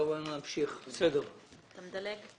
אני מדלג.